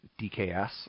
DKS